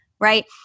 right